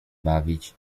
bawić